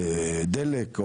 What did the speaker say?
דלק,